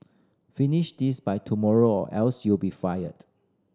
finish this by tomorrow or else you'll be fired